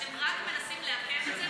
אתם רק מנסים לעכב את זה,